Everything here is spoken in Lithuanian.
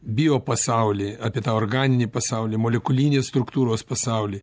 biopasaulį apie tą organinį pasaulį molekulinės struktūros pasaulį